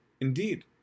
Indeed